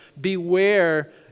Beware